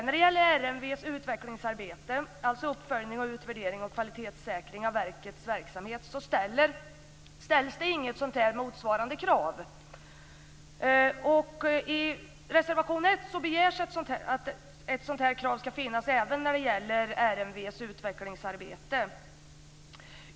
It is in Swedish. När det gäller RMV:s utvecklingsarbete - alltså uppföljning, utvärdering och kvalitetssäkring av verkets verksamhet - ställs inget motsvarande krav. I reservation 1 begärs att ett sådant krav skall finnas även när det gäller RMV:s utvecklingsarbete.